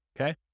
Okay